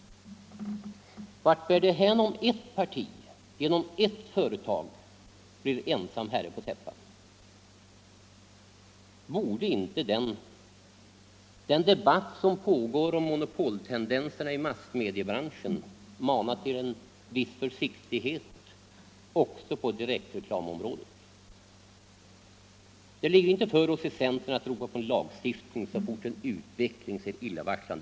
Vart bär det hän om ert parti genom ert företag blir ensam herre på täppan? Borde inte den debatt som pågår om monopoltendenserna i massmediebranschen mana till viss försiktighet också på direktreklamområdet? Det ligger inte för oss i centern att ropa på lagstiftning, så fort en utveckling ser illavarslande ut.